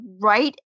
right